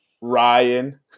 Ryan